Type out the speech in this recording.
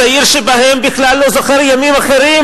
הצעיר שבהם בכלל לא זוכר ימים אחרים,